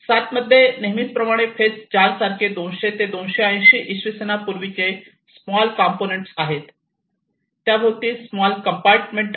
7 मध्ये नेहमीप्रमाणे फेज 4 सारखे 200 ते 280 इसवी सन वर्षांपूर्वीचे स्मॉल कंपोनेंट आहेत त्याभोवती स्मॉल कंपार्टमेंट आहेत